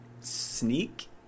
sneak